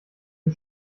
den